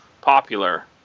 popular